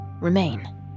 remain